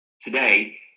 today